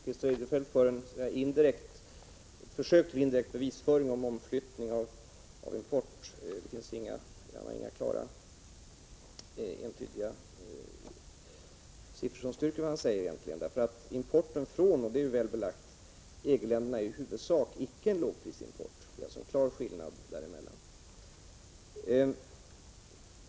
Herr talman! Christer Eirefelt gör ett försök till indirekt bevisföring beträffande omflyttning av importen, men det finns inga klara och entydiga siffror som styrker vad han säger. Det är belagt väl att importen från EG-länderna i huvudsak inte är någon lågprisimport. Där finns en klar skillnad.